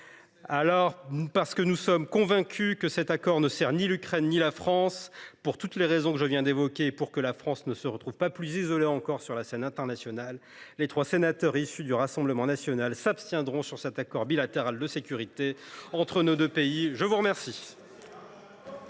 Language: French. Parole d’expert ! Ainsi, parce qu’il ne sert ni l’Ukraine ni la France, pour toutes les raisons que je viens d’évoquer et pour que la France ne se retrouve pas plus isolée encore sur la scène internationale, les trois sénateurs issus du Rassemblement national s’abstiendront sur cet accord bilatéral de sécurité entre nos deux pays. La parole